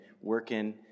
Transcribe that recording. working